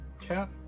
cat